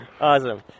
Awesome